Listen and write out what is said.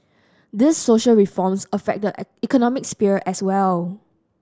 these social reforms affect economic sphere as well